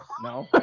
no